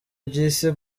byisi